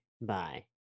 Bye